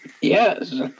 Yes